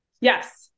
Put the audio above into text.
Yes